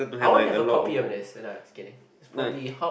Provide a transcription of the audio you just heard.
I wanna have a copy of this uh no kidding it's probably how